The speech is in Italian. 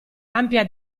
ampia